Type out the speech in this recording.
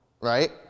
right